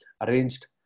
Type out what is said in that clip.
arranged